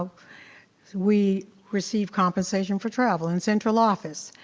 so we receive compensation for travel in central office.